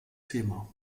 thema